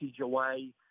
away